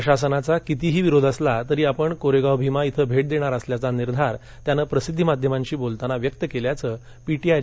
प्रशासनाचा कितीही विरोध असला तरी आपण कोरेगावं भीमा इथं भेट देणार असल्याचा निर्धार त्यानं प्रसिद्धी माध्यमांशी बोलताना व्यक्त केल्याचं पी टी आयं च्या बातमीत म्हटलं आहे